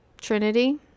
trinity